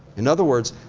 in other words,